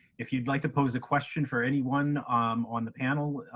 if you'd like to pose a question for anyone on the panel,